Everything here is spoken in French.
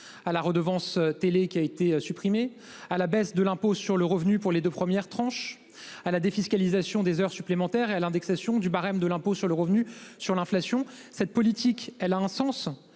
Ah la redevance télé qui a été supprimé à la baisse de l'impôt sur le revenu pour les 2 premières tranches à la défiscalisation des heures supplémentaires et à l'indexation du barème de l'impôt sur le revenu sur l'inflation. Cette politique, elle a un sens,